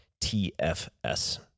TFS